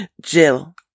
Jill